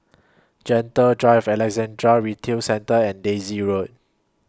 Gentle Drive Alexandra Retail Centre and Daisy Road